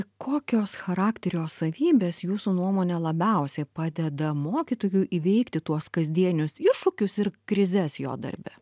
kokios charakterio savybės jūsų nuomone labiausiai padeda mokytojui įveikti tuos kasdienius iššūkius ir krizes jo darbe